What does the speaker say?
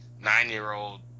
nine-year-old